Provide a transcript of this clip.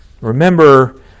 Remember